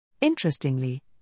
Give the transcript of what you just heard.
Interestingly